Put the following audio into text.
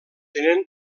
tenen